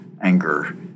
anger